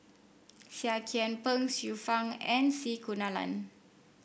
Seah Kian Peng Xiu Fang and C Kunalan